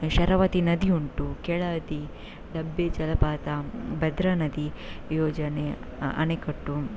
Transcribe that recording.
ಶರಾವತಿ ನದಿ ಉಂಟು ಕೆಳದಿ ದಬ್ಬೆ ಜಲಪಾತ ಭದ್ರಾನದಿ ಯೋಜನೆ ಅಣೆಕಟ್ಟು